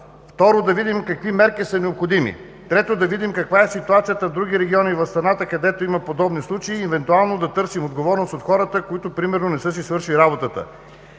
Второ, да видим какви мерки са необходими. Трето, да видим каква е ситуацията в други региони в страната, където има подобни случаи и евентуално да търсим отговорност от хората, които примерно не са свършили работата,